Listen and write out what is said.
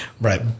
right